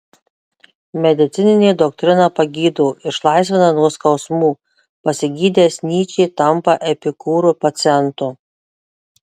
medicininė doktrina pagydo išlaisvina nuo skausmų pasigydęs nyčė tampa epikūro pacientu